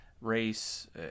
race